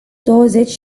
douăzeci